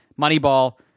Moneyball